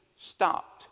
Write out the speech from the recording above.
stopped